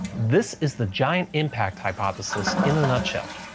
this is the giant impact hypothesis in a nutshell.